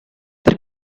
per